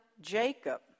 Jacob